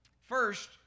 First